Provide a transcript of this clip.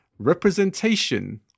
representation